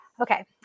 Okay